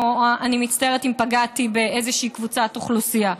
אני מצטערת אם פגעתי באיזושהי קבוצת אוכלוסייה.